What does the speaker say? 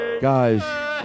Guys